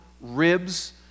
ribs